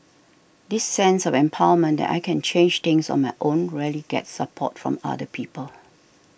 this sense of empowerment that I can change things on my own rarely gets support from other people